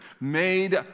made